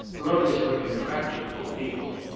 lovers were impracticable people.